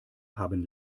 haben